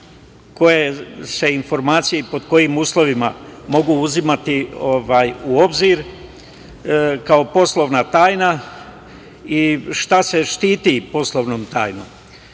koje se informacije i pod kojim uslovima mogu uzimati u obzir kao poslovna tajna i šta se štiti poslovnom